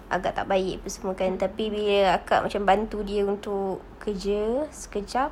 anggap tak baik apa semua kan tapi bila akak macam bantu dia untuk kerja sekejap